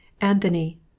Anthony